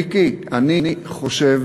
מיקי, אני חושב